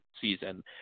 season